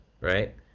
right